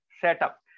setup